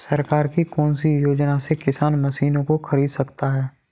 सरकार की कौन सी योजना से किसान मशीनों को खरीद सकता है?